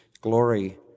glory